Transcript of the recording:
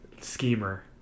schemer